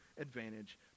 advantage